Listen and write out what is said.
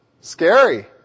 Scary